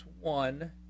One